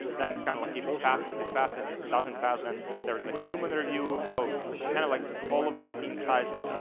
then kind of like if it passes it passes, if it doesn't pass, and there is a human review, so kind of like all of these insights